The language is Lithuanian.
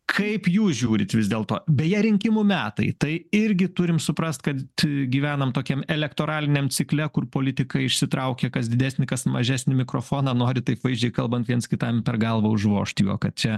kaip jūs žiūrit vis dėlto beje rinkimų metai tai irgi turim suprast kad gyvenam tokiam elektoraliniam cikle kur politikai išsitraukia kas didesnį kas mažesnį mikrofoną nori taip vaizdžiai kalbant viens kitam per galvą užvožt juo kad čia